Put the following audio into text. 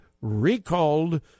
recalled